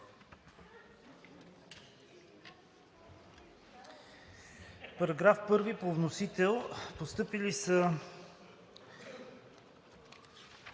Параграф 8 по вносител. Постъпило е